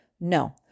No